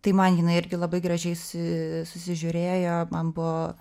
tai man jinai irgi labai gražiai susi susižiūrėjo man buvo